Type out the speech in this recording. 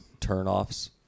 turnoffs